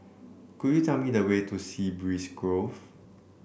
could you tell me the way to Sea Breeze Grove